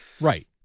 right